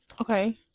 Okay